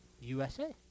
USA